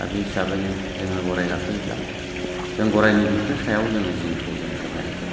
दा बि हिसाबैनो जोङो गराइ गाखोयोब्ला जों गराइनि बिखुं सायाव जोङो जिनखौ बहायनांगोन